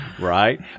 Right